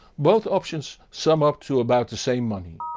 both options sum up to about the same money.